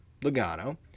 Logano